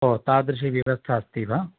ओ तादृशी व्यवस्था अस्ति वा